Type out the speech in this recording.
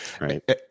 right